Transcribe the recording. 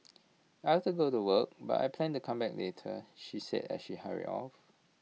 I have to go to work but I plan to come back later she said as she hurry off